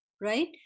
Right